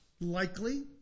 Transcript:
Likely